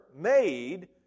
made